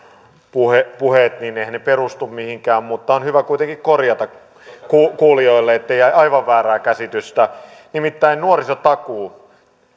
puheet tietysti perustu mihinkään mutta on hyvä kuitenkin korjata kuulijoille ettei jää aivan väärää käsitystä nimittäin nuorisotakuu